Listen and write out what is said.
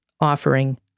offering